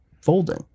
folding